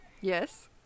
Yes